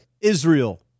Israel